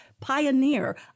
pioneer